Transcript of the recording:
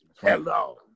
hello